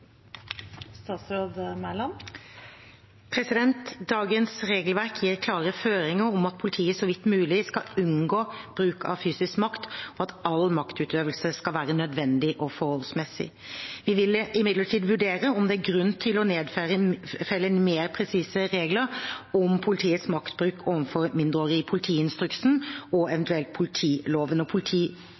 Dagens regelverk gir klare føringer om at politiet så vidt mulig skal unngå bruk av fysisk makt, og at all maktutøvelse skal være nødvendig og forholdsmessig. Vi vil imidlertid vurdere om det er grunn til å nedfelle mer presise regler om politiets maktbruk overfor mindreårige i politiinstruksen og eventuelt politiloven. Politidirektoratet vil utarbeide en barnefaglig veileder i samråd med Barne-, ungdoms- og